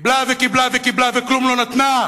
קיבלה וקיבלה וקיבלה, וכלום לא נתנה,